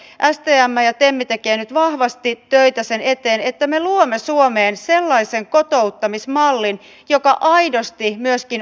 stm ja tem tekevät nyt vahvasti töitä sen eteen että me luomme suomeen sellaisen kotouttamismallin joka myöskin aidosti on tehokas